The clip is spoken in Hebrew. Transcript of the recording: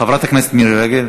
חברת הכנסת מירי רגב.